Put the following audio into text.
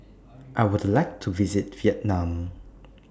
I Would like to visit Vietnam